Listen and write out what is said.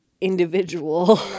individual